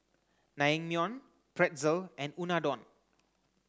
Naengmyeon Pretzel and Unadon